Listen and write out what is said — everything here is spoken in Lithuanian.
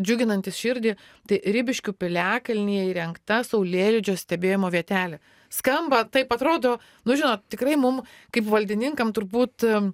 džiuginantis širdį tai ribiškių piliakalnyje įrengta saulėlydžio stebėjimo vietelė skamba taip atrodo nu žinot tikrai mum kaip valdininkam turbūt